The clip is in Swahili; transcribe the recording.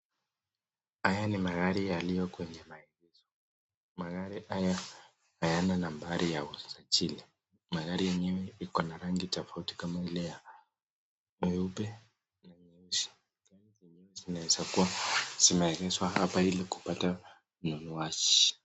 Haya ni magari yaliyo kwenye maeneo, magari hayana nambari ya usajili. Magari yenyewe iko na rangi tofauti kama ile ya nyeupe na nyeusi zinaweza kua imeegezwa hapa ili kupata mnunuaji.